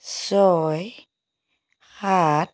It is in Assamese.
ছয় সাত